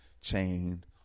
chained